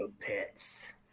pets